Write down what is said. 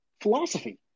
philosophy